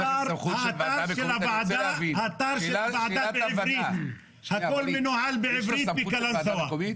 האתר של הוועדה --- יש לו סמכות של ועדה מקומית?